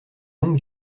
longue